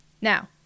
Now